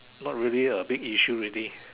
not really a big issue already